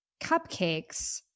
cupcakes